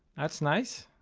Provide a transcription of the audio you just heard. that's nice.